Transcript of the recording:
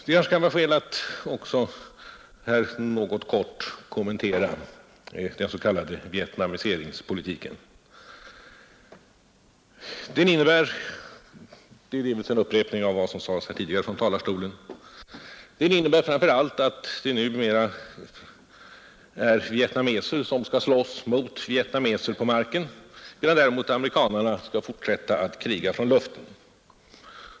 Det kanske kan vara skäl att också här något kort kommentera den s.k. vietnamiseringspolitiken. Den innebär — och det blir delvis en upprepning av vad som sagts tidigare här från talarstolen — att det numera är vietnameser som skall slåss mot vietnameser på marken, medan amerikanerna skall fortsätta att kriga från luften.